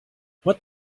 what